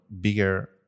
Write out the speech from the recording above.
bigger